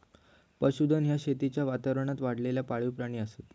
पशुधन ह्या शेतीच्या वातावरणात वाढलेला पाळीव प्राणी असत